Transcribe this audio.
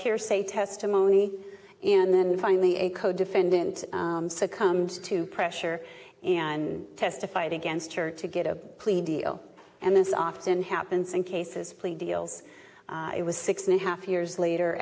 hearsay testimony and then finally a codefendant succumbed to pressure and testified against her to get a plea deal and this often happens in cases plea deals it was six and a half years later